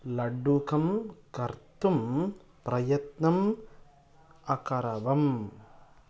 लड्डुकं कर्तुं प्रयत्नम् अकरवम्